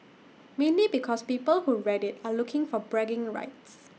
mainly because people who read IT are looking for bragging rights